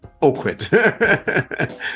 awkward